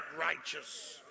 righteous